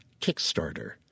Kickstarter